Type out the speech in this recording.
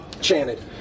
chanted